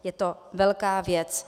Je to velká věc.